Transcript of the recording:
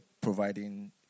providing